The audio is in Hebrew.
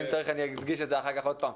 אם צריך אדגיש את זה אחר כך שוב.